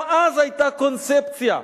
גם אז היתה קונספציה.